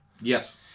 yes